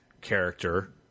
character